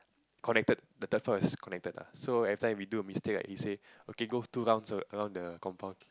connected the third floor is connected lah so every time we do a mistake right he say okay go two rounds around the compound